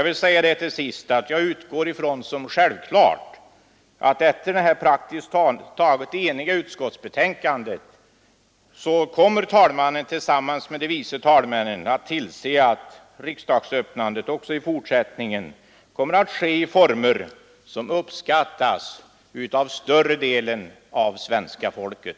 Slutligen utgår jag också från såsom självklart att herr talmannen efter detta praktiskt taget eniga utskottsbetänknde tillsammans med vice talmännen kommer att tillse att riksdagsöppnandet även i fortsättningen sker i former som uppskattas av större delen av svenska folket.